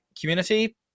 community